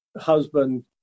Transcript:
husband